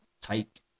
take